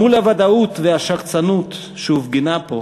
מול הוודאות והשחצנות שהופגנו פה,